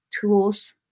tools